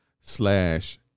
slash